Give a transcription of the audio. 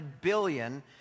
billion